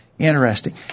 Interesting